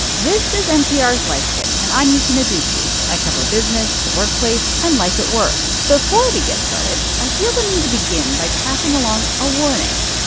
this is npr's life kit, and i'm yuki noguchi. i cover business, the workplace and life at work. before we get started, i feel the need to begin by passing along a warning.